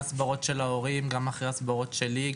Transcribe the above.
למרות הסברים שלי, של ההורים, של המורים,